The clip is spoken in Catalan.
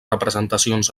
representacions